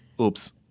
Oops